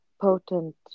potent